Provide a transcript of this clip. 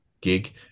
gig